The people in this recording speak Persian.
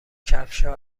کفشها